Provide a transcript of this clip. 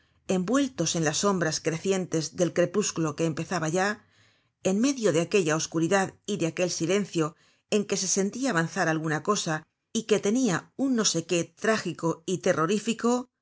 envueltos en las sombras crecientes del crepúsculo que empezaba ya en medio de aquella oscuridad y de aquel silencio en que se sentia avanzar alguna cosa y que tenia un no sé qué trágico y terrorífico